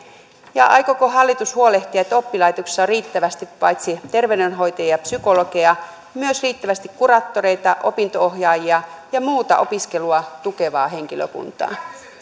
ja aikooko hallitus huolehtia että oppilaitoksissa on riittävästi paitsi terveydenhoitajia ja psykologeja myös riittävästi kuraattoreita opinto ohjaajia ja muuta opiskelua tukevaa henkilökuntaa